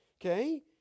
Okay